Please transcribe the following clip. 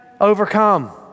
overcome